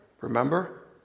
Remember